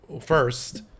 first